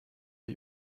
ich